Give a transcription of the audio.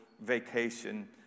vacation